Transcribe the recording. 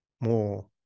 more